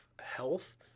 health